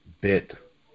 bit